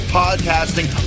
podcasting